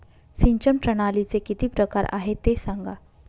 सिंचन प्रणालीचे किती प्रकार आहे ते सांगा